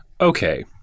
okay